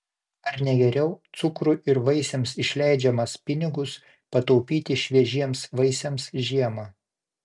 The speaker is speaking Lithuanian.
ar ne geriau cukrui ir vaisiams išleidžiamas pinigus pataupyti šviežiems vaisiams žiemą